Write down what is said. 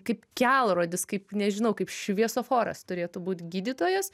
kaip kelrodis kaip nežinau kaip šviesoforas turėtų būt gydytojas